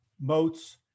moats